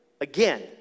again